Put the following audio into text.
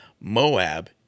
Moab